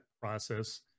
process